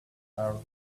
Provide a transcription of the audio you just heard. are